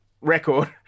record